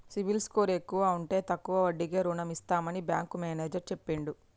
CIBIL score ఎక్కువ ఉంటే తక్కువ వడ్డీకే రుణం ఇస్తామని బ్యాంకు మేనేజర్ చెప్పిండు